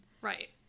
Right